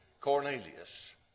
Cornelius